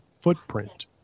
footprint